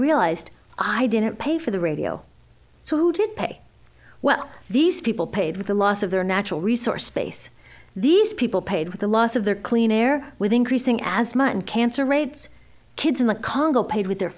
realized i didn't pay for the radio so who did pay well these people paid with the loss of their natural resource space these people paid with the loss of their clean air with increasing asthma and cancer rates kids in the congo paid